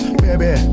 baby